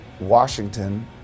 Washington